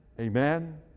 Amen